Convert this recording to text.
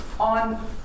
On